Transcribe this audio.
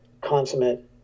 consummate